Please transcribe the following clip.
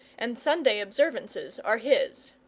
and sunday observances are his.